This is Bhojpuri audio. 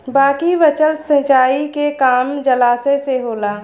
बाकी बचल सिंचाई के काम जलाशय से होला